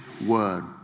word